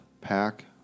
pack